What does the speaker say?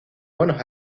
buenos